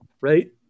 right